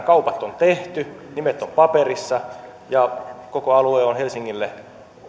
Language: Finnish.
kaupat on tehty nimet ovat paperissa ja koko alue on helsingille